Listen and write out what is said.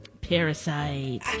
Parasite